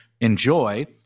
enjoy